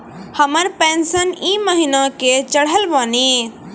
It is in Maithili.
हमर पेंशन ई महीने के चढ़लऽ बानी?